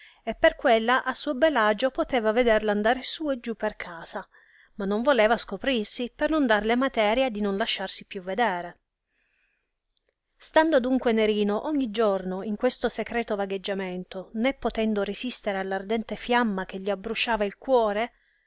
e per quella a suo bel agio poteva vederla andare su e giù per casa ma non voleva scoprirsi per non darle materia di non lasciarsi più vedere stando adunque nerino ogni giorno in questo secreto vagheggiamento ne potendo resistere all'ardente fiamma che gli abbrusciava il cuore